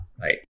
right